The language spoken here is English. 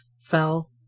fell